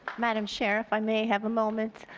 madam chair if i may have a moment.